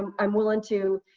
um i'm willing to,